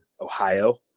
Ohio